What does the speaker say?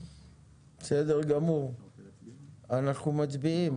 אנחנו מצביעים.